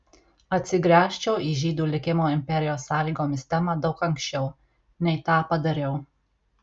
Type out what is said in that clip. atsigręžčiau į žydų likimo imperijos sąlygomis temą daug anksčiau nei tą padariau